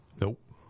Nope